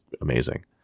amazing